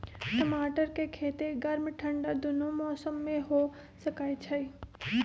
टमाटर के खेती गर्म ठंडा दूनो मौसम में हो सकै छइ